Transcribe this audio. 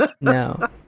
No